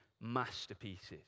masterpieces